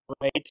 right